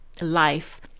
life